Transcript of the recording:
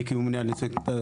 אני כממונה על יוצאי אתיופיה